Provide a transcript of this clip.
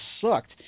sucked